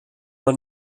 man